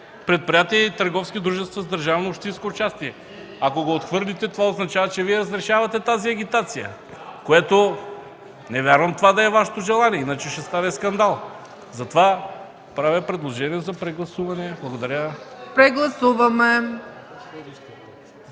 предприятия и търговски дружества с държавно и общинско участие. Ако го отхвърлите, това означава, че разрешавате тази агитация. Не вярвам това да е Вашето желание, иначе ще стане скандал. Затова правя предложение за прегласуване. Благодаря. ПРЕДСЕДАТЕЛ